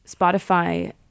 Spotify